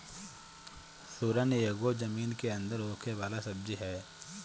सुरन एगो जमीन के अंदर होखे वाला सब्जी हअ